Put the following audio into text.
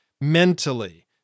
mentally